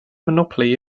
monopoly